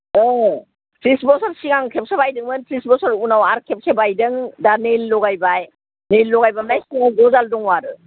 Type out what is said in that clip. अ बिस बोसोर सिगां खेबसे बायदोंमोन त्रिस बोसोर उनाव आरो खेबसे बायदों दा नेइल लगायबाय नेइल लगायनानै सिङाव गजाल दङ आरो